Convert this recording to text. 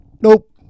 Nope